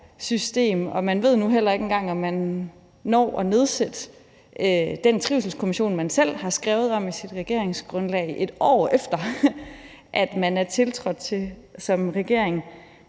karaktersystem, og man ved nu heller ikke engang, om man når at nedsætte den trivselskommission, man selv har skrevet om i sit regeringsgrundlag, et år efter man er tiltrådt som regering.